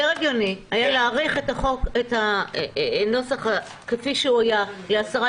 יותר הגיוני היה להאריך את הנוסח כפי שהוא היה לעשרה